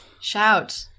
Shout